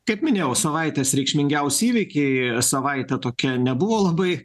kaip minėjau savaitės reikšmingiausi įvykiai savaitė tokia nebuvo labai